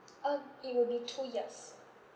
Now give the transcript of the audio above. uh it will be two years